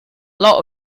lot